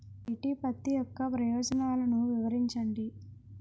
BT పత్తి యొక్క ప్రయోజనాలను వివరించండి?